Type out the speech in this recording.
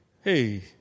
hey